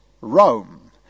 Rome